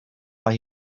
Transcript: mae